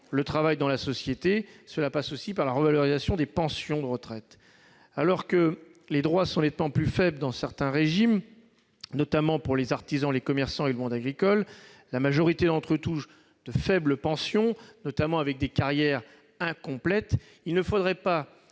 du travail dans la société. Cela passe aussi par la revalorisation des pensions de retraite. Alors que les droits sont nettement plus faibles dans certains régimes, comme ceux des artisans, des commerçants et des professionnels du monde agricole- la majorité d'entre eux touchent de faibles pensions, notamment en raison de carrières incomplètes -, il ne faudrait pas